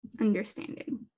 Understanding